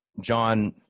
john